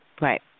Right